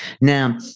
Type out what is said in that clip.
Now